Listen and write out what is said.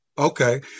Okay